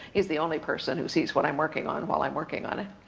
he's the only person who sees what i'm working on while i'm working on it.